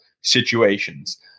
situations